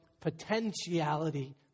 potentiality